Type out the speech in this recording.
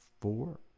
four